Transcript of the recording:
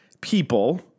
people